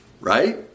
Right